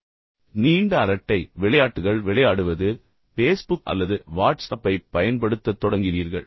எனவே நீண்ட அரட்டை விளையாட்டுகள் விளையாடுவது அல்லது நீங்கள் பேஸ்புக்கிற்குச் செல்லத் தொடங்கினீர்கள் அல்லது வாட்ஸ்அப்பைப் பயன்படுத்தத் தொடங்கினீர்கள்